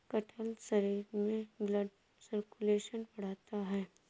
कटहल शरीर में ब्लड सर्कुलेशन बढ़ाता है